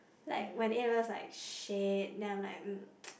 like my A-levels like shit then I like